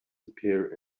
appear